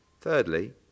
thirdly